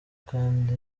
kandi